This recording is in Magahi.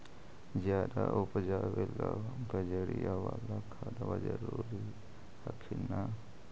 ज्यादा उपजाबे ला बजरिया बाला खदबा जरूरी हखिन न?